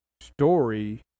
story